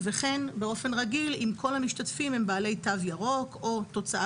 וכן באופן רגיל אם כל המשתתפים הם בעלי תו ירוק או תוצאה